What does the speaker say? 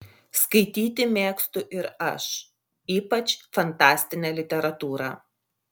skaityti mėgstu ir aš ypač fantastinę literatūrą